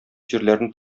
җирләрне